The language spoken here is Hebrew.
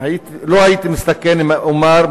לא הייתי מסתכן אם אומר,